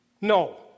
No